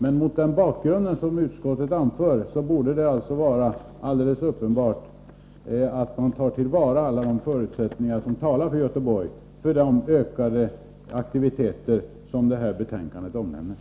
Men mot den bakgrund som utskottet anför borde det vara uppenbart att man tar hänsyn till alla faktorer som talar för Göteborg och de ökade aktiviteter som detta betänkande omnämner.